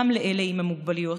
גם לאלה עם המוגבלויות,